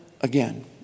again